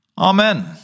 Amen